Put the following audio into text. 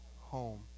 home